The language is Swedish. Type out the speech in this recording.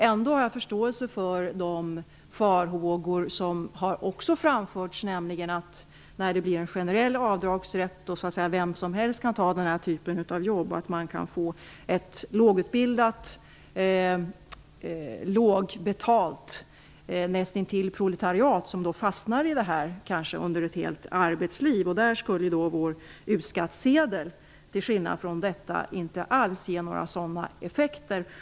Ändå har jag förståelse för de farhågor som har framförts, nämligen att man, när det blir en generell avdragsrätt, alltså när vem som helst kan ta denna typ av jobb, kan få ett lågutbildat och lågbetalt proletariat, som fastnar i denna verksamhet, kanske under ett helt arbetsliv. Till skillnad från detta skulle vår U-skattesedel inte alls ge några sådana effekter.